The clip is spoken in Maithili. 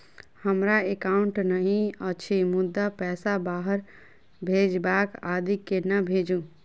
हमरा एकाउन्ट नहि अछि मुदा पैसा बाहर भेजबाक आदि केना भेजू?